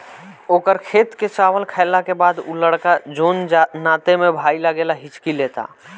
ओकर खेत के चावल खैला के बाद उ लड़का जोन नाते में भाई लागेला हिच्की लेता